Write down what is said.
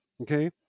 Okay